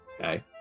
Okay